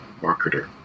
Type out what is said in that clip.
marketer